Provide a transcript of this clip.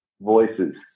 voices